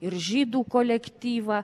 ir žydų kolektyvą